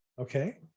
Okay